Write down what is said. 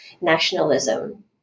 nationalism